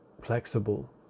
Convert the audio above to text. flexible